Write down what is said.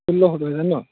ষোল্লশ পৰিব ন